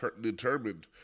determined